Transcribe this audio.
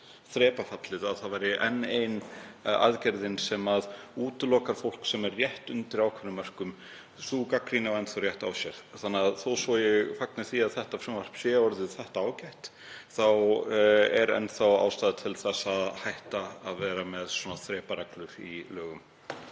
þrepafallið, enn ein aðgerðin sem útilokar fólk sem er rétt undir ákveðnum mörkum. Sú gagnrýni á enn þá rétt á sér. Þannig að þó svo að ég fagni því að þetta frumvarp sé orðið þetta ágætt er enn þá ástæða til að hætta að vera með svona þrepareglur í lögum.